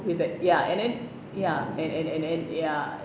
with that ya and then ya and and and then ya